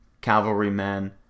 cavalrymen